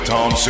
Tom